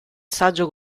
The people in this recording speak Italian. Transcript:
saggio